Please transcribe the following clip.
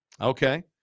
Okay